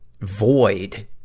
void